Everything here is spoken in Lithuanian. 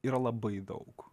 yra labai daug